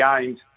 games